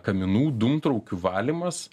kaminų dūmtraukių valymas